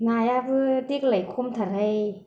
नायाबो देग्लाय खमथारहाय